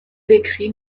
d’écrit